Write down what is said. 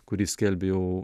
kurį skelbė jau